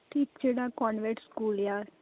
ਠੀਕ ਜਿਹੜਾ convent school ਆ